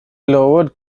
lowered